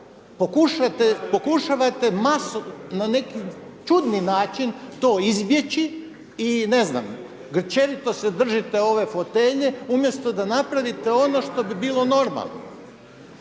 pokušavate na neki čudni način to izbjeći i ne znam, grčevito se držite ove fotelje umjesto da napravite ono što bi bilo normalno.